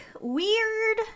weird